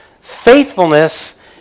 faithfulness